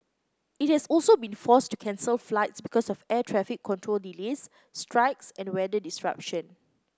it has also been forced to cancel flights because of air traffic control delays strikes and weather disruption